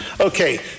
Okay